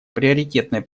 приоритетной